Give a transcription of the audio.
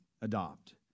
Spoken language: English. adopt